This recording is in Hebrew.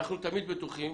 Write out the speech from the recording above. אנחנו תמיד בטוחים